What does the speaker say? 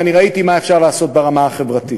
ואני ראיתי מה אפשר לעשות ברמה החברתית.